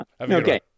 Okay